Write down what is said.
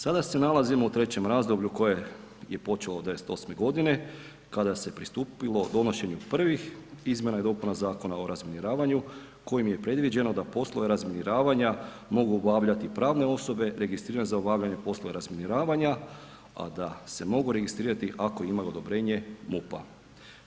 Sada se nalazimo u 3. razdoblju koje je počelo 98. godine kada se pristupilo donošenju prvih izmjena i dopuna Zakona o razminiravanju kojim je predviđeno da poslove razminiravanja mogu obavljati pravne osobe registrirane za obavljanje poslova razminiravanja, a da se mogu registrirati ako ima odobrenje MUP-a.